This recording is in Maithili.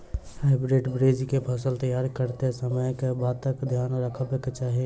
हाइब्रिड बीज केँ फसल तैयार करैत समय कऽ बातक ध्यान रखबाक चाहि?